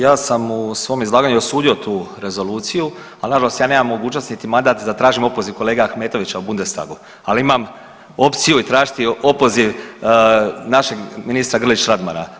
Ja sam u svom izlaganju osudio tu rezoluciju, ali nažalost ja nemam mogućnosti niti mandat da tražim opoziv kolege Ahmetovića u Budestagu, ali imam opciju i tražiti opoziv našeg ministra Grlić Radmana.